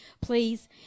please